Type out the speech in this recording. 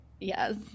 Yes